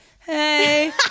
Hey